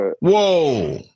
whoa